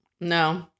No